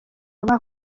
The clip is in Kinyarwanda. bumva